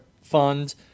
Fund